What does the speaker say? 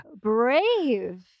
Brave